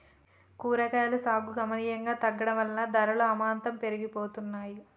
కూరగాయలు సాగు గణనీయంగా తగ్గడం వలన ధరలు అమాంతం పెరిగిపోతున్నాయి